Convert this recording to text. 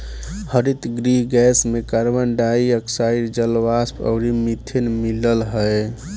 हरितगृह गैस में carbon dioxide, जलवाष्प अउरी मीथेन मिलल हअ